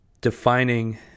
defining